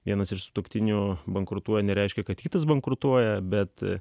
vienas iš sutuoktinių bankrutuoja nereiškia kad kitas bankrutuoja bet